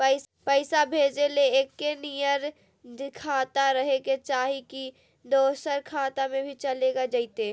पैसा भेजे ले एके नियर खाता रहे के चाही की दोसर खाता में भी चलेगा जयते?